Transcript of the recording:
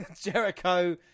Jericho